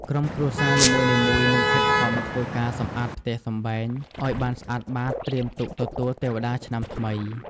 ក្រុមគ្រួសារនីមួយៗនឹង ខិតខំធ្វើការសម្អាតផ្ទះសម្បែងឲ្យបានស្អាតបាត ត្រៀមទុកទទួលទេវតាឆ្នាំថ្មី។